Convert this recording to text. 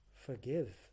forgive